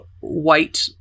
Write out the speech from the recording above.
white